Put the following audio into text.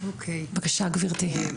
בבקשה גברתי.